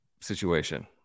situation